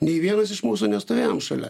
nei vienas iš mūsų nestovėjom šalia